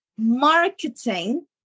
marketing